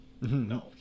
No